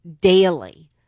daily